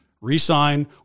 re-sign